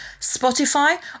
Spotify